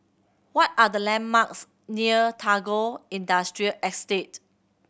what are the landmarks near Tagore Industrial Estate